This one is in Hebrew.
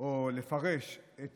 או לפרש את